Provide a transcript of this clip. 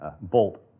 Bolt